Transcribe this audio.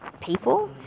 people